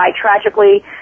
tragically